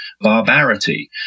barbarity